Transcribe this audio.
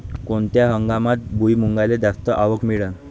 कोनत्या हंगामात भुईमुंगाले जास्त आवक मिळन?